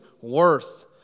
worth